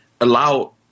allow